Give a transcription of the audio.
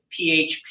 PHP